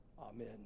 Amen